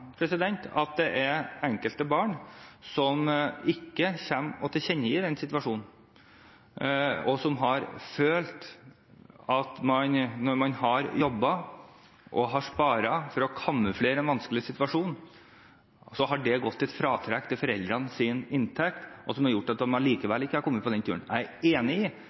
at det er enkelte barn som ikke kommer og tilkjennegir den situasjonen. De har opplevd at når man har jobbet og spart for å kamuflere en vanskelig situasjon, har det gått til fratrekk fra foreldrenes inntekt. Det har gjort at de likevel ikke har kommet med på tur. Jeg er enig